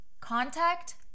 contact